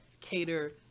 cater